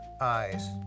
eyes